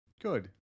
Good